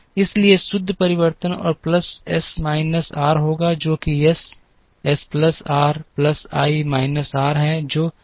इसलिए शुद्ध परिवर्तन R plus S minus R होगा जो कि S S plus R plus I minus R है जो एस प्लस आई है